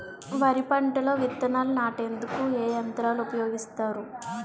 వరి పంటలో విత్తనాలు నాటేందుకు ఏ యంత్రాలు ఉపయోగిస్తారు?